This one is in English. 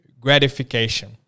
gratification